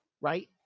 right